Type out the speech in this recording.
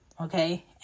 Okay